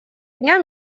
дня